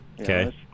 Okay